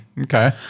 okay